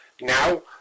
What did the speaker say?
Now